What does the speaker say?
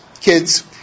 kids